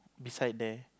beside there